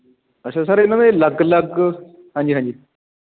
ਅੱਛਾ ਸਰ ਇਹਨਾਂ ਦੇ ਅਲੱਗ ਅਲੱਗ ਹਾਂਜੀ ਹਾਂਜੀ